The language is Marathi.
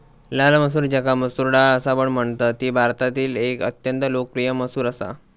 लाल मसूर ज्याका मसूर डाळ असापण म्हणतत ती भारतातील एक अत्यंत लोकप्रिय मसूर असा